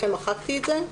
לכן מחקתי את זה.